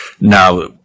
Now